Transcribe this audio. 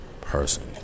person